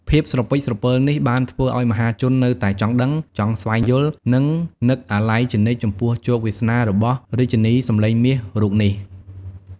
ភាពស្រពេចស្រពិលនេះបានធ្វើឲ្យ មហាជននៅតែចង់ដឹង ចង់ស្វែងយល់ និងនឹកអាល័យជានិច្ចចំពោះជោគវាសនារបស់រាជិនីសំឡេងមាសរូបនេះ។